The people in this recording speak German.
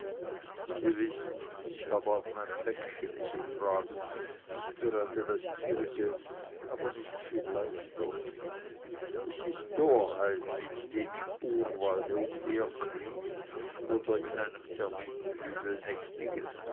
sie wissen ich habe auch mein päckchen zu tragen nicht gerade das ihrige aber nicht viel leichter es ist torheit mit dem im urwald umherkriechen oder in einem termitenhügel nächtigen